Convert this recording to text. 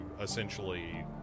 essentially